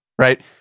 Right